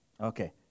Okay